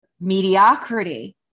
mediocrity